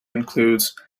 includes